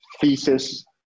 thesis